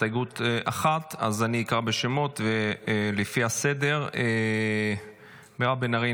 להסתייגות 1. אני אקרא בשמות לפי הסדר: מירב בן ארי,